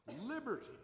Liberty